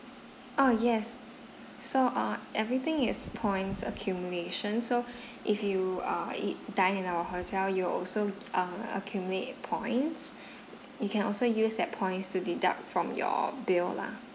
oh yes so uh everything is points accumulation so if you are eat dine in our hotel you will also uh accumulate points you can also use that points to deduct from your bill lah